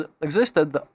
existed